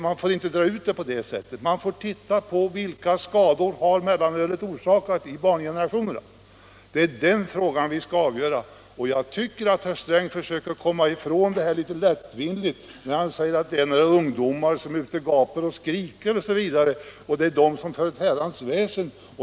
Man får inte dra sådana konsekvenser, utan man måste se på vilka skador mellanölet har orsakat bland ungdomen. Det är den frågan vi skall avgöra. Herr Sträng försöker enligt min mening komma ifrån det här litet lättvindigt när han säger att det bara är några ungdomar som är ute och gapar och skriker samt för ett herrans oväsen.